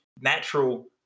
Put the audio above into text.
natural